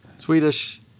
Swedish